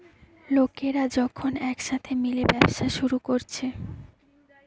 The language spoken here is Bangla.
লোকরা যখন একসাথে মিলে ব্যবসা শুরু কোরছে